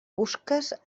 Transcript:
busques